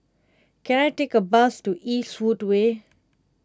can I take a bus to Eastwood Way